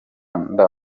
nda